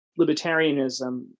libertarianism